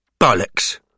bollocks